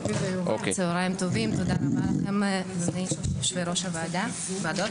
צהריים טובים, תודה רבה לכם יושבי ראש הוועדות,